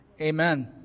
Amen